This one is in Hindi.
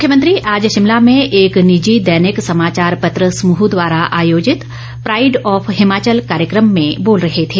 मुख्यमंत्री आज शिमला में एक निजी दैनिक समाचार पत्र समूह द्वारा आयोजित प्राईड ऑफ हिमाचल कार्यकम में बोल रहे थे